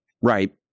right